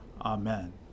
Amen